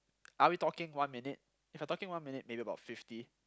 are we talking one minute if we're talking one minute maybe about fifty